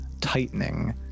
tightening